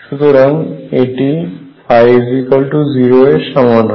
সুতরাং এটি 0 এর সমান হয়